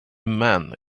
man